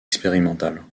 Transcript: expérimentales